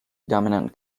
dominant